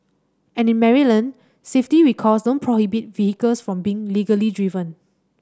and in Maryland safety recalls don't prohibit vehicles from being legally driven